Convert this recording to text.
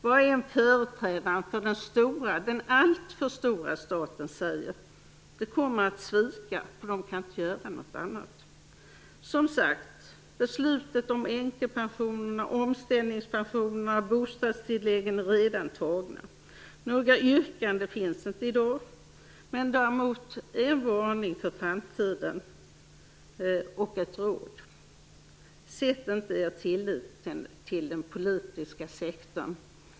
Vad än företrädarna för den alltför stora staten säger - de kommer att svika, eftersom de inte kan göra någonting annat. Som sagt: Beslutet om änkepensionerna, omställningspensionerna och bostadstilläggen är redan fattade. Några yrkanden finns inte i dag. Jag har däremot en varning för framtiden och ett råd: Sätt inte er tillit till den politiska sektorn!